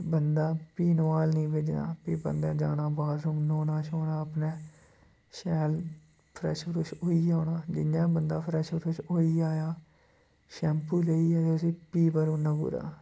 बन्दा फ्ही नुआलने गी भेजना फ्ही बन्दे ने जाना बाशरुम न्हौना श्हौना अपना शैल फ्रैश फ्रुश होई औना जियां बन्दा फ्रैश फ्रुश होइयै आया शैम्पू लेइयै उसी फ्ही भरी उड़ना पूरा